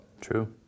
True